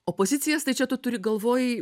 o pozicijas tai čia tu turi galvoj